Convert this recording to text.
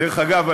דרך אגב,